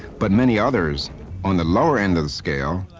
but many others on the lower end of the scale,